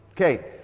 okay